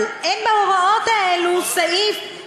אבל ישאירו עלייך את הפריים,